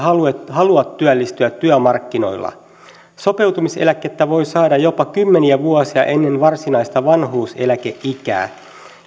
halua työllistyä työmarkkinoilla sopeutumiseläkettä voi saada jopa kymmeniä vuosia ennen varsinaista vanhuuseläkeikää